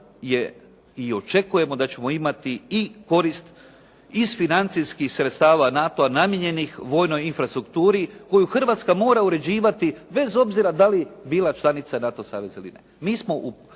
Hrvatska mora uređivati bez obzira da li bila članica NATO saveza ili ne.